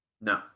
No